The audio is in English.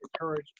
encourage